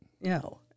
No